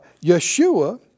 Yeshua